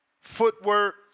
Footwork